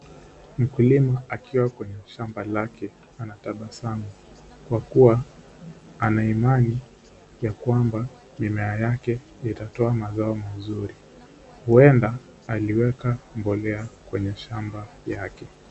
Mkulima akiwa kwenye shamba lake anatabasamu kwa kuwa ana imani ya kwamba mimea yake itatoa mazao mazuri. Huenda aliweka mbolea kwenye shamba yake.